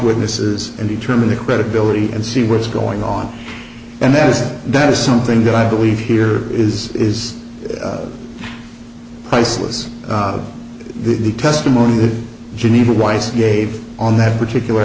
witnesses and determine the credibility and see what's going on and that is that is something that i believe here is is priceless the testimony of geneva weiss gave on that particular